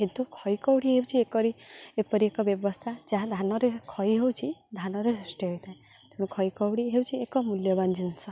କିନ୍ତୁ ଖଇ କଉଡ଼ି ହେଉଛି ଏକରି ଏପରି ଏପରି ଏକ ବ୍ୟବସ୍ଥା ଯାହା ଧାନରେ ଖଇ ହେଉଛି ଧାନରେ ସୃଷ୍ଟି ହୋଇଥାଏ ତେଣୁ ଖଇ କଉଡ଼ି ହେଉଛି ଏକ ମୂଲ୍ୟବାନ ଜିନିଷ